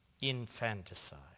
infanticide